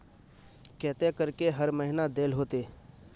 केते करके हर महीना देल होते?